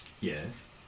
Yes